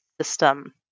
system